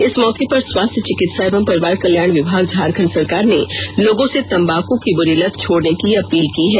इस मौके पर स्वास्थ्य चिकित्सा एवं परिवार कल्याण विभाग झारखंड सरकार ने लोगों से तंबाकू की बुरी लत छोड़ने की अपील की है